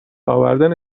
آوردن